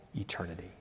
eternity